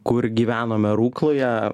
kur gyvenome rukloje